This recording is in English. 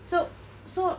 so so